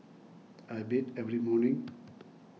I bathe every morning